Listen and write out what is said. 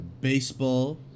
baseball